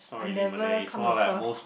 I never come across